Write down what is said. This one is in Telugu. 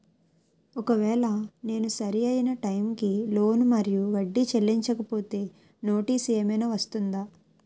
ఒకవేళ నేను సరి అయినా టైం కి లోన్ మరియు వడ్డీ చెల్లించకపోతే నోటీసు ఏమైనా వస్తుందా?